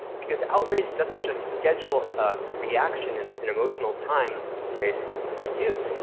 because outrage doesn't just schedule a reaction and in emotional time, space, for you.